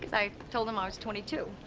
i told him i was twenty two.